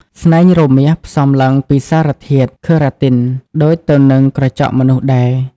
ស្នែងរមាសផ្សំឡើងពីសារធាតុ keratin ដូចទៅនឹងក្រចកមនុស្សដែរ។